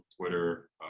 Twitter